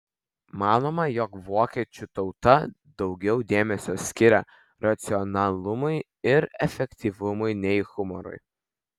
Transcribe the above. manoma jog vokiečių tauta daugiau dėmesio skiria racionalumui ir efektyvumui nei humorui